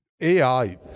AI